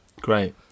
Great